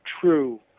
true